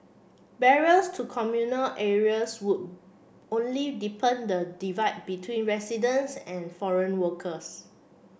barriers to communal areas would only deepen the divide between residents and foreign workers